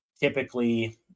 typically